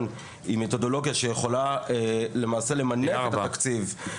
היא מתודולוגיה שיכולה למעשה למנף את התקציב,